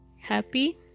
happy